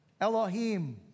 Elohim